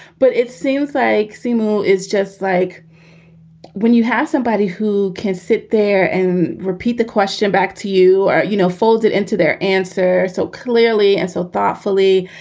but it seems like seymour is just like when you have somebody who can sit there and repeat the question back to you, you know, folded into their answer so clearly and so thoughtfully.